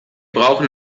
brauchen